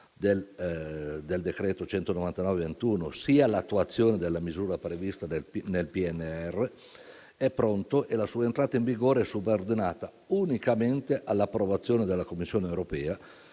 del decreto n.199 del 2021, sia l'attuazione della misura prevista nel PNRR, è pronto. La sua entrata in vigore è subordinata unicamente all'approvazione della Commissione europea,